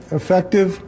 effective